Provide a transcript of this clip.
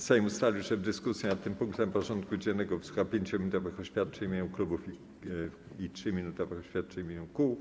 Sejm ustalił, że w dyskusji nad tym punktem porządku dziennego wysłucha 5-minutowych oświadczeń w imieniu klubów i 3-minutowych oświadczeń w imieniu kół.